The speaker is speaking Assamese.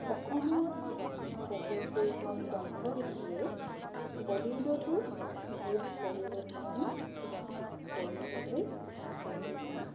অসমৰ বহু কেইজন কণ্ঠশিল্পীয়ে বলীউডতো গীত পৰিৱেশন কৰিবলৈ সুবিধা